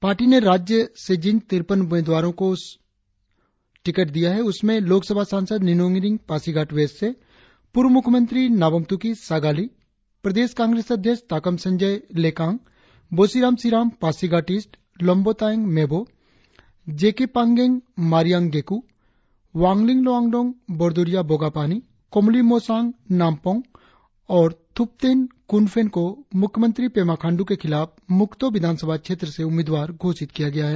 party ने राज्य से जिन तिरपन उम्मीदवारो की सूची को जारी की है उसमें लोक सभा सांसद निनोंग इरिंग पासीघाट वेस्ट पूर्व मुख्यमंत्री नाबाम तुकी सागाली प्रदेश कांग्रेस अध्यक्ष Takam Sanjay Lekang Bosiram Siram Pasighat east Lombo Tayeng Mebo J K Panggeng Mariyang गेक्र वांगलिंग लोवांगडोंग बोरदुरिया बोगापानी कोमोली मोसांग नामपोग और थुपतेन कुनफेन को मुख्यमंत्री पेमा खांडू के खिलाफ मुक्तो विधानसभा क्षेत्र से उम्मीदवार घोषित किया गया है